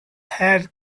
had